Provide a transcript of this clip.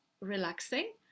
relaxing